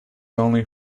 only